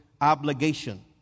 obligation